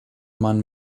man